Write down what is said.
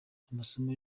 amasomo